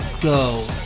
go